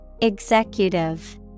Executive